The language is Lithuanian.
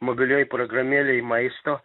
mobilioj programėlėj maisto